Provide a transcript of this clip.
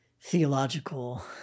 theological